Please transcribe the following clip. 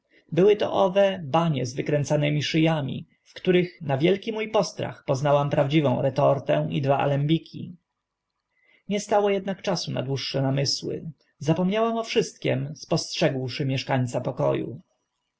były to owe banie z wykręcanymi szy ami w których na wielki mó postrach poznałam prawdziwą retortę i dwa alembiki nie stało ednak czasu na dłuższe rozmysły zapomniałam o wszystkim spostrzegłszy mieszkańca poko